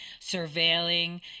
surveilling